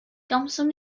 gawson